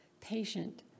patient